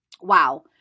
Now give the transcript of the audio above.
wow